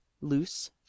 Loose